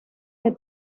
que